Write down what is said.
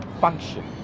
function